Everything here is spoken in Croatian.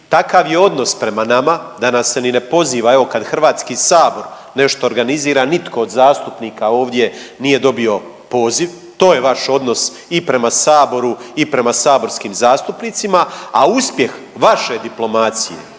takav je odnos prema nama da nas ni ne poziva, evo kad HS nešto organizira nitko od zastupnika ovdje nije dobio poziv, to je vaš odnos i prema saboru i prema saborskim zastupnicima, a uspjeh vaše diplomacije,